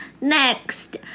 Next